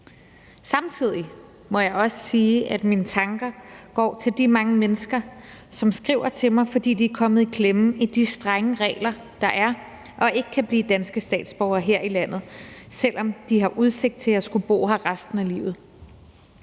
Samtidig må jeg også sige, at mine tanker går til de mange mennesker, som skriver til mig, fordi de er kommet i klemme i de strenge regler, der er, og ikke kan blive danske statsborgere her i landet, selv om de har udsigt til at skulle bo her resten af livet.